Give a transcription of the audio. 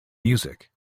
music